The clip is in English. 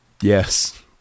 yes